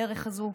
בדרך הזו,